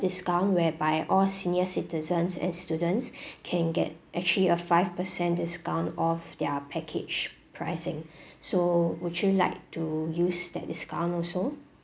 discount whereby all senior citizens and students can get actually a five percent discount off their package pricing so would you like to use that discount also